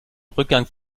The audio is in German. rückgang